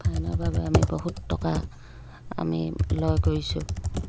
ফাইনৰ বাবে আমি বহুত টকা আমি লয় কৰিছোঁ